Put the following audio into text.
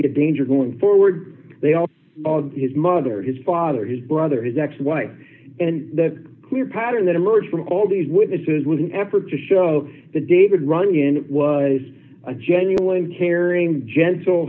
be a danger going forward they also his mother his father his brother his ex wife and the clear pattern that emerged from all these witnesses was an effort to show the david running and it was a genuine caring gentle